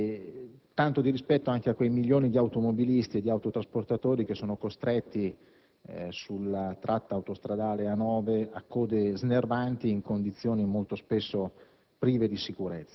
tanto di rispetto anche a quei milioni di automobilisti e di autotrasportatori costretti sulla tratta autostradale A9 a code snervanti in condizioni, molto spesso, prive